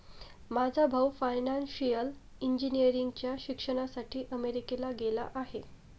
माझा भाऊ फायनान्शियल इंजिनिअरिंगच्या शिक्षणासाठी अमेरिकेला गेला आहे